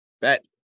Bet